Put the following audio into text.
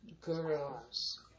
Girls